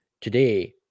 today